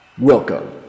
Welcome